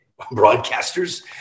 broadcasters